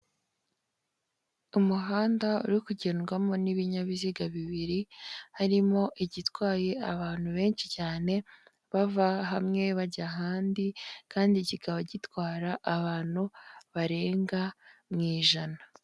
Umuhanda uri kugendwamo n'ibinyabiziga bibiri, harimo igitwaye abantu benshi cyane, bava hamwe bajya ahandi kandi kikaba gitwara abantu barenga mu ijana.